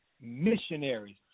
missionaries